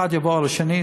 אחד יעבור לשני,